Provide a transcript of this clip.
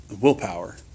willpower